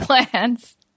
plans